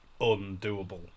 undoable